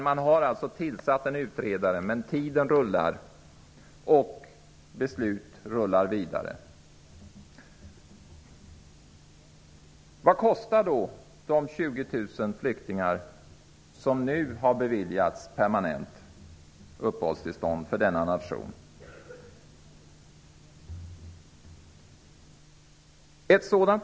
Man har tillsatt en utredare, men tiden går och besluten rullar vidare. Vad kostar då de 20 000 flyktingar som nu har beviljats permanent uppehållstillstånd denna nation?